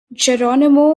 geronimo